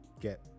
get